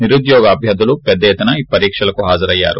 నిరుద్యోగ్ అభ్యర్తులు పెద్ద విత్తున ఈ పరీక్షలను హాజరయ్యారు